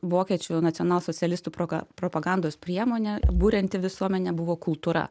vokiečių nacionalsocialistų proga propagandos priemonė burianti visuomenę buvo kultūra